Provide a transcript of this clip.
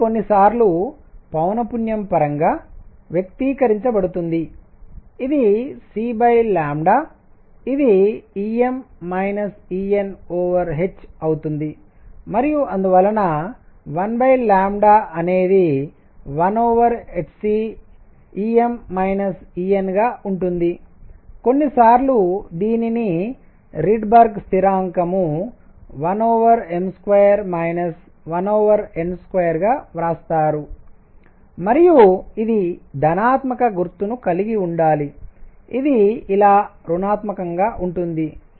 ఇది కొన్నిసార్లు పౌనఃపున్యం పరంగా వ్యక్తీకరించబడుతుంది ఇది c ఇది Em Enhఅవుతుంది మరియు అందువలన 1అనేది 1hcగా ఉంటుంది కొన్నిసార్లు దీనిని రిడ్బర్గ్ స్థిరాంకం1m2 1n2గా వ్రాస్తారు మరియు ఇది ధనాత్మక గుర్తును కలిగి ఉండాలి ఇది ఇలా రుణాత్మకంగా ఉంటుంది